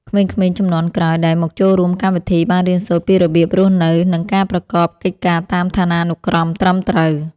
ក្មេងៗជំនាន់ក្រោយដែលមកចូលរួមកម្មវិធី បានរៀនសូត្រពីរបៀបរស់នៅ និងការប្រកបកិច្ចការតាមឋានានុក្រមត្រឹមត្រូវ។